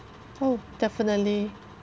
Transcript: oh definitely